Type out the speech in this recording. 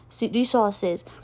resources